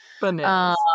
Bananas